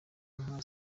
nka